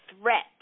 threat